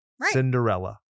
Cinderella